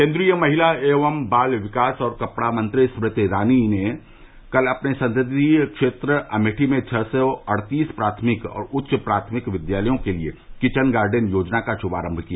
केन्द्रीय महिला एवं बाल विकास और कपड़ा मंत्री स्मृति ईरानी ने कल अपने संसदीय क्षेत्र अमेठी में छः सौ अड़तीस प्राथमिक और उच्च प्राथमिक विद्यालयों के लिए किचन गार्डन योजना का श्मारम्भ किया